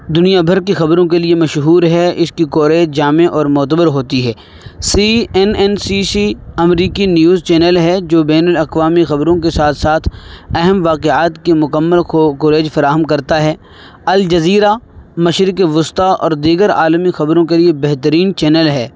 دنیا بھر کی خبروں کے لیے مشہور ہے اس کی خبریں جامع اور معتبر ہوتی ہے C N N C C امریکی نیوز چینل ہے جو بین الاقوامی خبروں کے ساتھ ساتھ اہم واقعات کی مکمل کوریج فراہم کرتا ہے الجزیرہ مشرق وسطیٰ اور دیگر عالمی خبروں کے لیے بہترین چینل ہے